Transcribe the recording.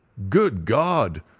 good god!